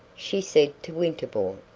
she said to winterbourne,